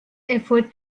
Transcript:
efforts